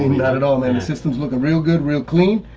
not at all, and the system's looking real good, real clean.